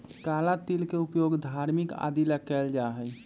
काला तिल के उपयोग धार्मिक आदि ला कइल जाहई